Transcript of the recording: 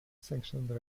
sanctioned